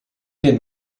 den